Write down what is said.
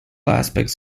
aspects